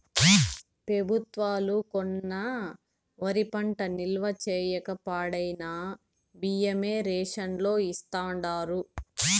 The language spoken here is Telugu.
పెబుత్వాలు కొన్న వరి పంట నిల్వ చేయక పాడైన బియ్యమే రేషన్ లో ఇస్తాండారు